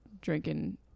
drinking